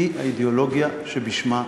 היא האידיאולוגיה שבשמה נבחרתי.